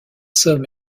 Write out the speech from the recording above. somme